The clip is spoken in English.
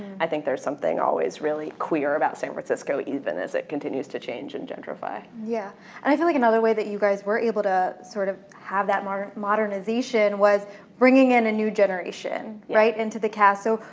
i think there's something always really queer about san francisco even as it continues to change and gentrify. yeah, and i feel like another way that you guys were able to sort of have that modernization was bringing in a new generation right into the cast. so,